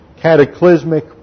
cataclysmic